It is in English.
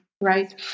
right